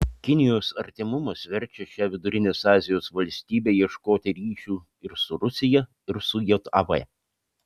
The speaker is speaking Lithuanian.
kinijos artimumas verčia šią vidurinės azijos valstybę ieškoti ryšių ir su rusija ir su jav